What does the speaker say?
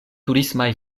turismaj